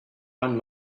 won